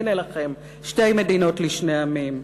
הנה לכם שתי מדינות לשני עמים.